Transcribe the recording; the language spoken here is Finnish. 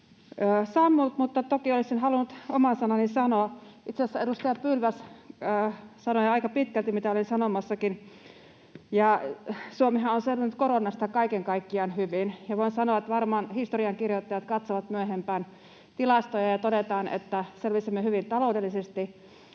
sammunut, mutta toki olisin halunnut oman sanani sanoa. Itse asiassa edustaja Pylväs sanoi aika pitkälti sen, mitä olin sanomassakin. Suomihan on selvinnyt koronasta kaiken kaikkiaan hyvin. Voi sanoa, että varmaan historiankirjoittajat katsovat myöhempään tilastoja ja todetaan, että selvisimme hyvin taloudellisesti,